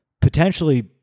potentially